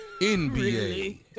NBA